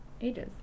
ages